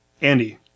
Andy